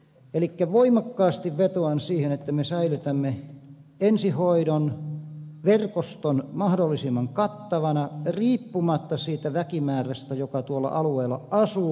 elikkä voimakkaasti vetoan siihen että me säilytämme ensihoidon verkoston mahdollisimman kattavana riippumatta siitä väkimäärästä joka tuolla alueella asuu